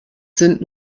sind